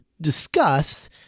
discuss